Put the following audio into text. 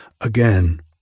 Again